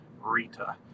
Rita